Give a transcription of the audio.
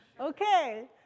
Okay